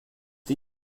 die